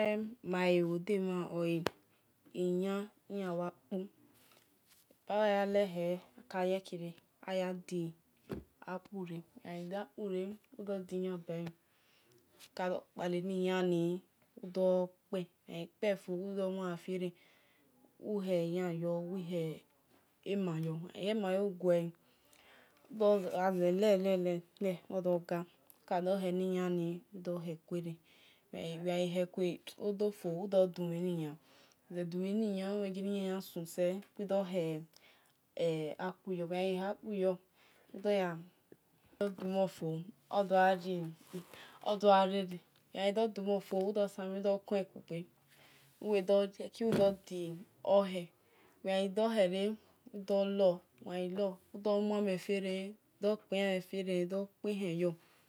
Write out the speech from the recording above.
Eba nima le bho demhan oe iya ilabha kpu ebayele hel akayekire ayadi akpure aghai dakure ado diyan bae aku kpale ni yan ni udor kpe wel ghai kpefo wel do mue fie ren uhe yan yor uguele ughazelelele odoga uka do hel ni yan ni udo hel kueran wel ghai hel kuo dofo udo du mhe ni yan wegha ze dumhe ni yan sun sel wil do hei qkpuyor wel ghai ha kpuyor wil dor demhen fo wil do fuon kugbe will dor di ohe wel ghai do hel re udo lor welgha lor udor mua mel yeran wil der kpe hen yor